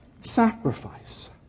sacrifice